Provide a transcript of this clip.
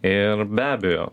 ir be abejo